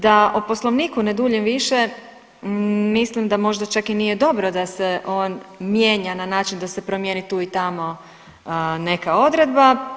Da o Poslovniku ne duljim više mislim da čak možda i nije dobro da se on mijenja na način da se promijeni tu i tamo neka odredba.